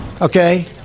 Okay